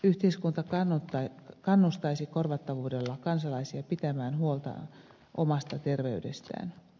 yhteiskunta kannustaisi korvattavuudella kansalaisia pitämään huolta omasta terveydestään